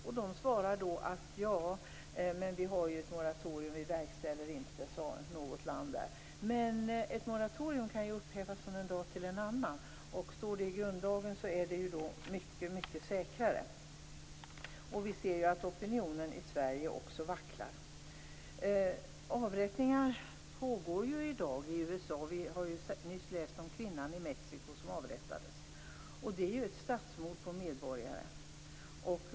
Något land sade att de har ett moratorium och att de inte verkställer dödsstraff. Men ett moratorium kan ju upphävas från en dag till en annan. Det är mycket säkrare om det står i grundlagen. Vi ser ju att opinionen i Sverige också vacklar. Avrättningar sker ju i dag i USA. Vi har ju nyss läst om kvinnan i Mexico som avrättades. Det är ju ett statsmord på en medborgare.